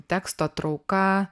teksto trauka